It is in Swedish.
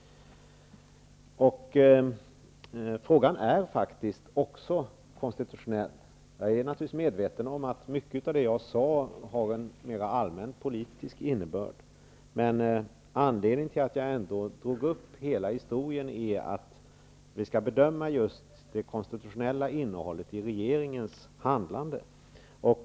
Frågan är faktiskt också konstitutionell. Jag är naturligtvis medveten om att mycket av det som jag sade har en mera allmänt politisk innebörd, men anledningen till att jag drog upp hela historien är att vi skall bedöma just det konstitutionella innehållet i regeringens handlande.